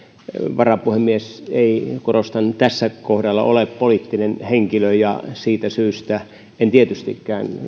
varapuhemies ei korostan tässä kohdassa ole poliittinen henkilö siitä syystä en tietystikään